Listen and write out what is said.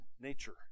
nature